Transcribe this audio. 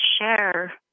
share